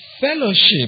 fellowship